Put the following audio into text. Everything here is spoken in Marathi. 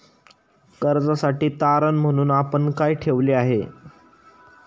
कर्जासाठी तारण म्हणून आपण काय ठेवले आहे?